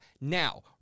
Now